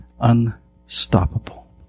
unstoppable